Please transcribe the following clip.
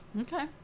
Okay